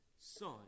Son